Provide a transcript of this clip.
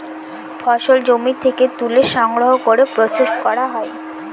ফসল জমি থেকে তুলে সংগ্রহ করে প্রসেস করা হয়